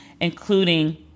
Including